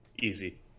Easy